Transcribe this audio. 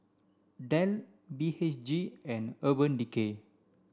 Dell B H G and Urban Decay